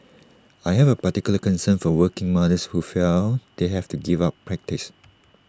I have A particular concern for working mothers who feel they have to give up practice